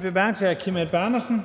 Kl. 15:29 Første